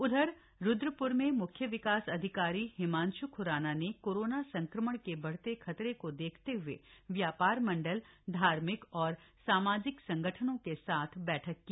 उधर रुद्रप्र में म्ख्य विकास अधिकारी हिमांश् ख्राना ने कोरोना संक्रमण के बढ़ते खतरे को देखते हए व्यापार मण्डल धार्मिक और सामाजिक संगठनों के साथ बैठक की